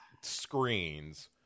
screens